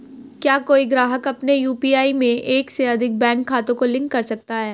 क्या कोई ग्राहक अपने यू.पी.आई में एक से अधिक बैंक खातों को लिंक कर सकता है?